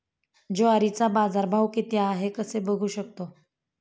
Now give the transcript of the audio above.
ज्वारीचा बाजारभाव किती आहे कसे बघू शकतो?